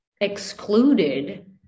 excluded